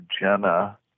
Jenna